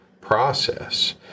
process